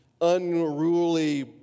unruly